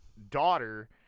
daughter